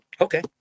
Okay